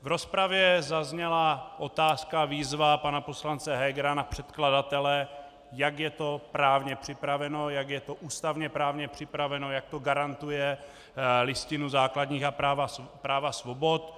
V rozpravě zazněla otázka, výzva pana poslance Hegera na předkladatele, jak je to právně připraveno, jak je to ústavněprávně připraveno, jak to garantuje Listina základních práv a svobod.